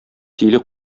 тиле